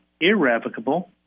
irrevocable